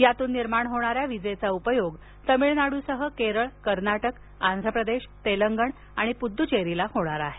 यातून निर्माण होणाऱ्या विजेचा उपयोग तमिळनाडूसह केरळ कर्नाटक आंध्र प्रदेश तेलंगण आणि पुद्दुचेरीला होणार आहे